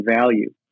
value